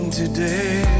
today